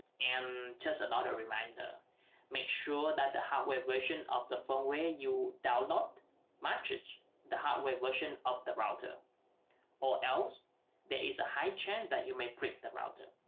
and just another reminder make sure that the hardware version of the phone where you download message the hardware version of the router or else there is a high chance that you may print the router